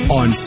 on